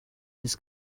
his